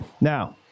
Now